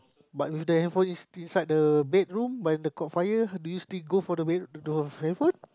but with the handphone is still inside the bedroom but in the caught fire do you still go for the bedroom the handphone